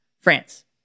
France